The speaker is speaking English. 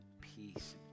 peace